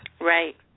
Right